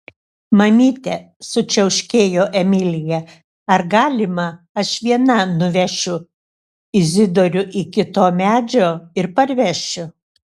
mamyte sučiauškėjo emilija ar galima aš viena nuvešiu izidorių iki to medžio ir parvešiu